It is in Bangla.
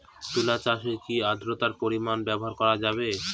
তুলা চাষে কি আদ্রর্তার পরিমাণ ব্যবহার করা যাবে?